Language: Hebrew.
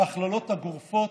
ההכללות הגורפות,